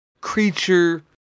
creature